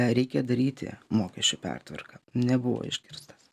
reikia daryti mokesčių pertvarką nebuvo išgirstas